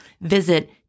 Visit